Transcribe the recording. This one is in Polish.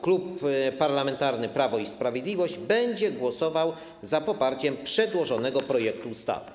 Klub Parlamentarny Prawo i Sprawiedliwość będzie głosował za poparciem przedłożonego projektu ustawy.